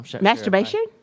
Masturbation